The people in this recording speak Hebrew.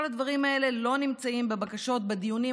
כל הדברים האלה לא נמצאים בבקשות בדיונים